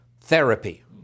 therapy